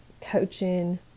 coaching